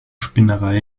spinnerei